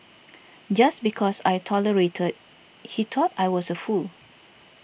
just because I tolerated he thought I was a fool